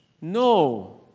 No